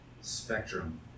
spectrum